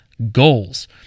Goals